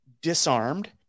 disarmed